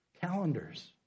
calendars